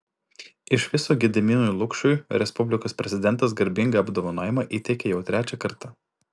iš viso gediminui lukšiui respublikos prezidentas garbingą apdovanojimą įteikė jau trečią kartą